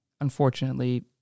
Unfortunately